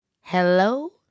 hello